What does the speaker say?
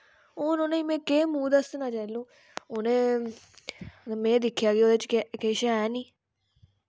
हून उ'नें में केह् मूंह दस्सना जैह्लूं उ'नें ते में दिक्खेआ कि ओह्दे च किश ऐ निं